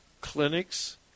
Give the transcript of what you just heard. clinics